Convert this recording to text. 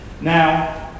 Now